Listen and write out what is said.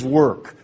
work